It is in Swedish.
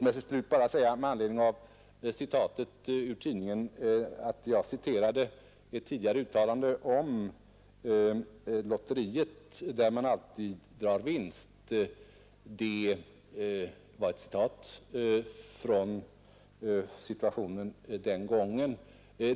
Med anledning av det tidningscitat herr Molin anförde vill jag säga, att jag citerade ett tidigare uttalande om lotteriet där man alltid drar vinst — det gällde situationen den gången.